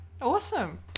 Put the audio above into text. Awesome